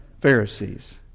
Pharisees